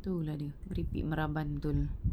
tak [tau] lah dia merepek meraban betul